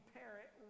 parent